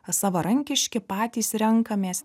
savarankiški patys renkamės